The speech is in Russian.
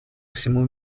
всему